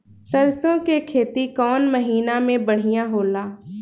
सरसों के खेती कौन महीना में बढ़िया होला?